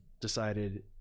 decided